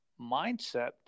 mindset